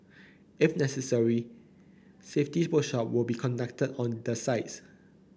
if necessary safety workshop will be conducted on the sites